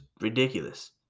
ridiculous